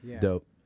Dope